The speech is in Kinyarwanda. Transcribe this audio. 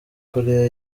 koreya